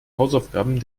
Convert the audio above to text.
hausaufgaben